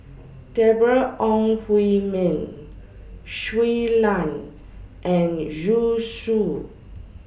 Deborah Ong Hui Min Shui Lan and Zhu Xu